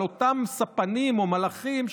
על אותם ספנים או מלחים,